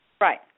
Right